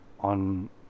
on